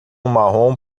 marrom